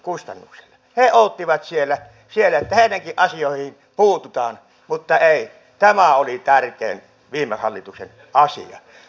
he odottivat siellä että heidänkin asioihinsa puututaan mutta ei tämä oli tärkein viime hallituksen asia